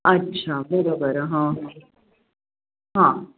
अच्छा बरं बरं हां हां